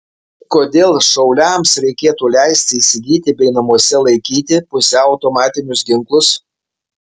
kodėl šauliams reikėtų leisti įsigyti bei namuose laikyti pusiau automatinius ginklus